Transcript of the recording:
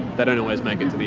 they don't always make it to the